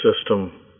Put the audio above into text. system